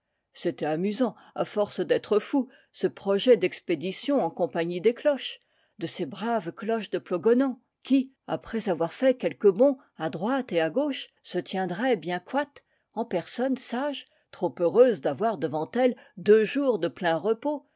c'était amusant à force d'être fou ce projet d'expédition en com pagnie des cloches de ces braves cloches de plogonan qui après avoir fait quelques bonds à droite et à gauche se tiendraient bien coites en personnes sages trop heureuses d'avoir devant elles deux jours de plein repos